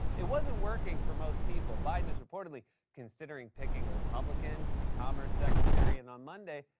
it wasn't working for most people. biden is reportedly considering picking a republican to be commerce secretary. and on monday,